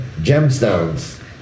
gemstones